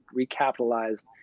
recapitalized